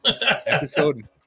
Episode